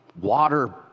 water